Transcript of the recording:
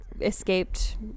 escaped